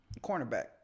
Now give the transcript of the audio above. cornerback